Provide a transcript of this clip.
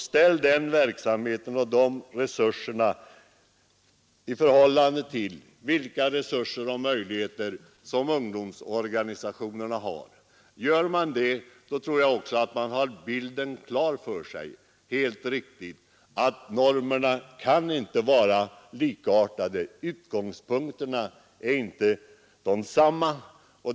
Ställ dessa resurser i förhållande till de resurser som andra ungdomsorganisationer har! Gör man det tror jag att man får helt klart för sig att normerna inte kan vara likartade — utgångspunkterna är inte desamma.